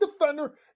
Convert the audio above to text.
defender